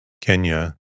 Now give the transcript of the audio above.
Kenya